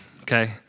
okay